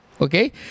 okay